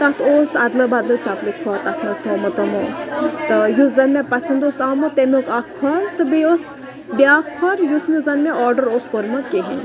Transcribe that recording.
تَتھ اوس اَدلہٕ بَدلہٕ چَپلِہ کھۄر تَتھ منٛز تھوٚمُت تمو تہٕ یُس زَن مےٚ پَسنٛد اوس آمُت تَمیُک اَکھ کھۄر تہٕ بیٚیہِ اوس بیٛاکھ کھۄر یُس نہٕ زَن مےٚ آرڈَر اوس کوٚرمُت کِہیٖنۍ